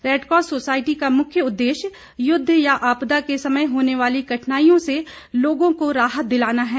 red Cross Society का मुख्य उद्देश्य युद्ध या आपदा के समय होने वाली कठिनाइयों से लोगों को राहत दिलाना है